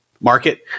market